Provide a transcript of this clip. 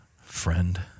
friend